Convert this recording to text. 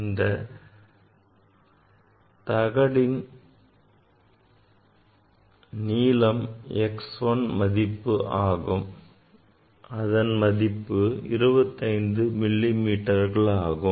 அடுத்து தகடின் நீளம் x1 மதிப்பு 25 மில்லி மீட்டராகும்